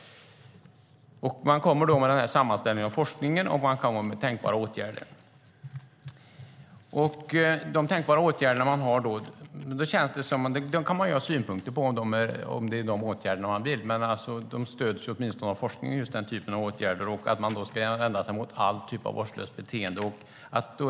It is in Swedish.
Man kommer med en sammanställning av forskningen och tänkbara åtgärder. De tänkbara åtgärderna kan man ha synpunkter på, om det är sådana åtgärder man vill ha, men den typen av åtgärder stöds åtminstone av forskningen. Man ska vända sig mot all typ av vårdslöst beteende.